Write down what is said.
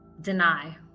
deny